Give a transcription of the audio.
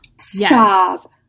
Stop